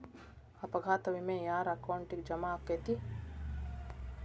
ಅಪಘಾತ ವಿಮೆ ಯಾರ್ ಅಕೌಂಟಿಗ್ ಜಮಾ ಆಕ್ಕತೇ?